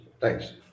Thanks